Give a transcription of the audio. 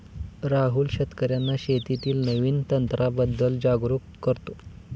राहुल शेतकर्यांना शेतीतील नवीन तंत्रांबद्दल जागरूक करतो